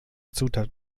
zutat